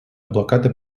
блокада